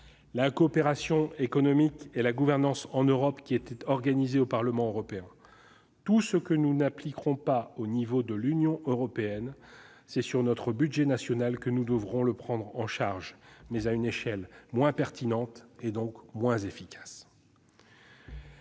la coopération économique et la gouvernance en Europe qui était organisée au Parlement européen : tout ce que nous n'accomplirons pas au niveau de l'Union européenne, c'est sur notre budget national que nous devrons le prendre en charge, mais à une échelle moins pertinente, et donc moins efficace.